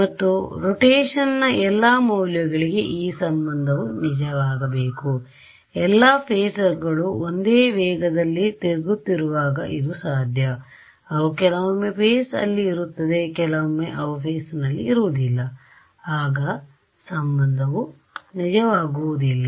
ಮತ್ತು ರೊಟೇಶನ್ ನ ಎಲ್ಲಾ ಮೌಲ್ಯಗಳಿಗೆ ಈ ಸಂಬಂಧವು ನಿಜವಾಗಬೇಕು ಎಲ್ಲಾ ಫೆಸರ್ಗಳು ಒಂದೇ ವೇಗದಲ್ಲಿ ತಿರುಗುತ್ತಿರುವಾಗ ಇದು ಸಾಧ್ಯ ಅವು ಕೆಲವೊಮ್ಮೆ ಫೇಸ್ ಅಲ್ಲಿ ಇರುತ್ತದೆ ಕೆಲವೊಮ್ಮೆ ಅವು ಫೇಸ್ ಅಲ್ಲಿ ಇರುವುದಿಲ್ಲ ಆಗ ಸಂಬಂಧವು ನಿಜವಾಗುವುದಿಲ್ಲ